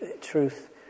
truth